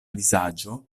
vizaĝo